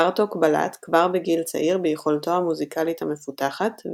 בארטוק בלט כבר בגיל צעיר ביכולתו המוזיקלית המפותחת,